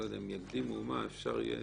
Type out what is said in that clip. לא יודע, אם יקדימו, אפשר יהיה